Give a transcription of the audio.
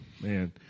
man